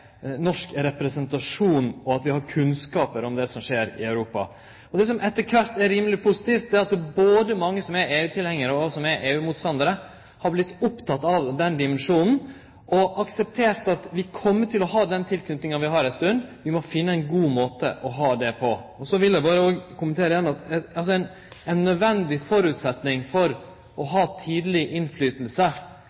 norsk representasjon, og at vi har kunnskap om det som skjer i Europa. Det som er rimeleg positivt, er at mange, både dei som er EU-tilhengjarar, og dei som er EU-motstandarar, etter kvart har vorte opptekne av den dimensjonen og akseptert at vi kjem til å ha den tilknytinga vi har ei stund. Vi må finne ein god måte å ha det på. Så vil eg berre kommentere igjen at ein nødvendig føresetnad for å ha tidleg innflytelse, t.d. på datalagringsdirektivet, som kom opp her i stad, er jo å